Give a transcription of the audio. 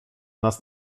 nas